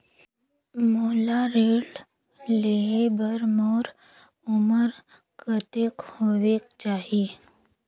मोला ऋण लेहे बार मोर उमर कतेक होवेक चाही?